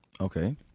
Okay